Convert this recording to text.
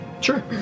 Sure